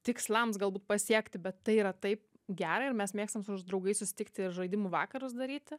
tikslams galbūt pasiekti bet tai yra taip gera ir mes mėgstam su draugais susitikti ir žaidimų vakarus daryti